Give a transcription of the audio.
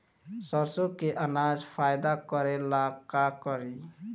सरसो के अनाज फायदा करेला का करी?